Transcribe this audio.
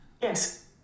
Yes